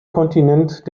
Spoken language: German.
kontinent